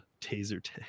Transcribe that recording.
taser